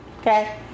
okay